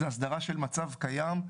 זה הסדרה של מצב קיים,